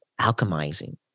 alchemizing